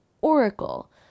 oracle